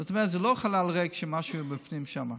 זאת אומרת, זה לא חלל ריק, מה שנותנים שם.